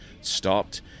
stopped